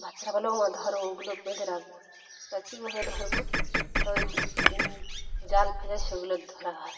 বাচ্চারা বলে ও মা ধরো ওগুলো বেঁধে রাখবো তা কীভাবে ধরবো ত ওই জাল ফেলে সে ওগুলো ধরা হয়